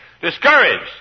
Discouraged